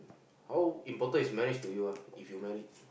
how important is marriage to you ah if you married